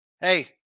hey